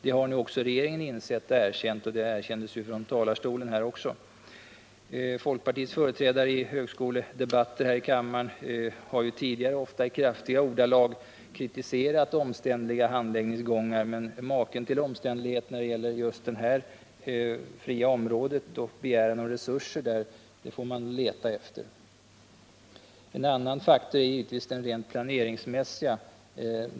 Det har nu också regeringen insett och erkänt. Det erkändes ju också här från talarstolen. Folkpartiets företrädare i högskoledebatter här i kammaren har tidigare ofta i kraftiga ordalag kritiserat omständliga handläggningsgångar, men maken till omständlighet än när det gäller just det fria området och begäran om mer resurser till det får man leta efter. För det andra är det givetvis den rent planeringsmässiga faktorn.